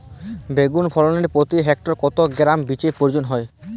বেগুন ফলনে প্রতি হেক্টরে কত গ্রাম বীজের প্রয়োজন হয়?